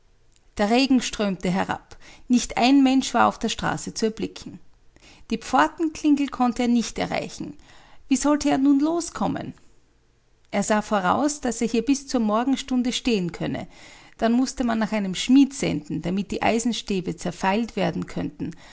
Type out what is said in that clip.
der regen strömte herab nicht ein mensch war auf der straße zu erblicken die pfortenklingel konnte er nicht erreichen wie sollte er nun loskommen er sah voraus daß er hier bis zur morgenstunde stehen könne dann mußte man nach einem schmied senden damit die eisenstäbe zerfeilt werden könnten